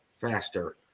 faster